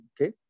okay